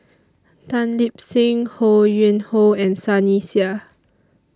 Tan Lip Seng Ho Yuen Hoe and Sunny Sia